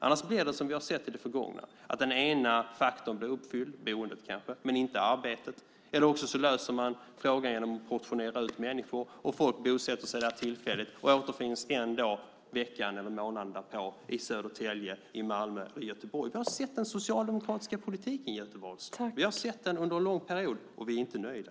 Annars blir det som vi har sett i det förgångna, att den ena faktorn blir uppfylld - boendet kanske, men inte arbetet - eller också löser man frågan genom att portionera ut människor. Folk bosätter sig där tillfälligt och återfinns veckan eller månaden därpå i Södertälje, Malmö eller Göteborg. Vi har sett den socialdemokratiska politiken, Göte Wahlström. Vi har sett den under en lång period, och vi är inte nöjda.